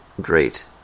great